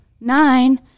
nine